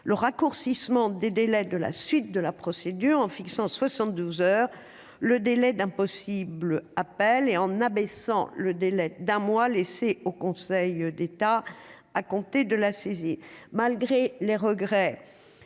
le raccourcissement des délais de la suite de la procédure en fixant 72 heures le délai d'un possible appel et en abaissant le délai d'un mois, laissé au Conseil d'État, à compter de la saisie, malgré les regrets